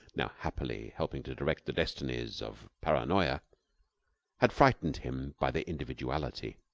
now happily helping to direct the destinies of paranoya had frightened him by their individuality.